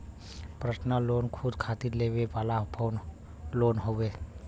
personal loan खुद खातिर लेवे वाला लोन हउवे